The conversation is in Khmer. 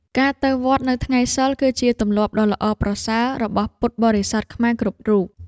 ការទៅវត្តនៅថ្ងៃសីល គឺជាទម្លាប់ដ៏ល្អប្រសើររបស់ពុទ្ធបរិស័ទខ្មែរគ្រប់រូប។